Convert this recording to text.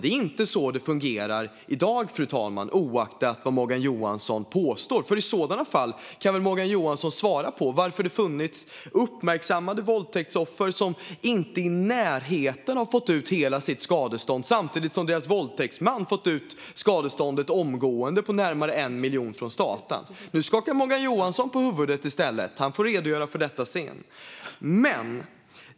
Så fungerar det inte i dag, fru talman, oavsett vad Morgan Johansson påstår. Morgan Johansson kanske kan svara på varför det annars finns uppmärksammade fall där våldtäktsoffer inte ens i närheten har fått ut hela sitt skadestånd samtidigt som våldtäktsmannen omgående fått ut ett skadestånd på närmare 1 miljon från staten. Nu skakar Morgan Johansson på huvudet. Han får redogöra för detta sedan.